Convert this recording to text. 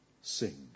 sing